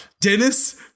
Dennis